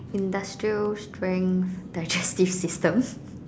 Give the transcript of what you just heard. industrial strength digestive system